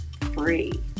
free